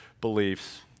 beliefs